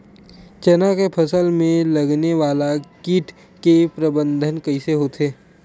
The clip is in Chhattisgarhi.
चना के फसल में लगने वाला कीट के प्रबंधन कइसे होथे?